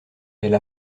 elle